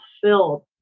fulfilled